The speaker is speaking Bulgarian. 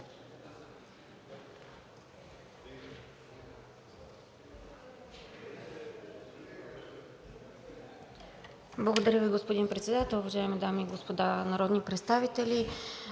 Уважаеми господин Председател, уважаеми дами и господа народни представители.